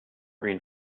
green